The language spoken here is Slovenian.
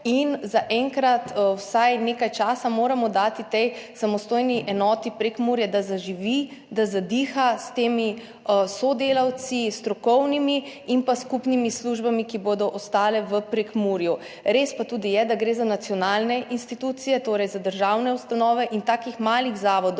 enoto in vsaj nekaj časa moramo dati tej samostojni enoti Prekmurje, da zaživi, da zadiha s temi strokovnimi sodelavci in skupnimi službami, ki bodo ostale v Prekmurju. Res pa je tudi, da gre za nacionalne institucije, torej za državne ustanove, in taki mali zavodi,